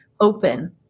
open